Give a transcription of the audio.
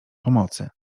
pomocy